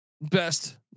best